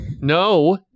No